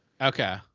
Okay